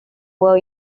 will